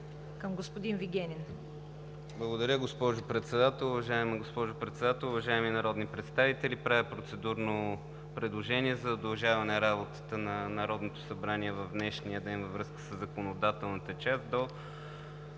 КРАСИМИР ЦИПОВ (ГЕРБ): Благодаря, госпожо Председател. Уважаема госпожо Председател, уважаеми народни представители! Правя процедурно предложение за удължаване работата на Народното събрание в днешния ден във връзка със законодателната част до